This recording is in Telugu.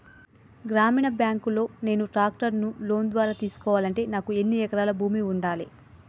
గ్రామీణ బ్యాంక్ లో నేను ట్రాక్టర్ను లోన్ ద్వారా తీసుకోవాలంటే నాకు ఎన్ని ఎకరాల భూమి ఉండాలే?